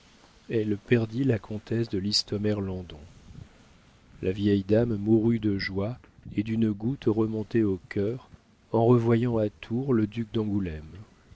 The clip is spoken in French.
elle perdit la comtesse de listomère landon la vieille dame mourut de joie et d'une goutte remontée au cœur en revoyant à tours le duc d'angoulême